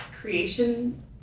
creation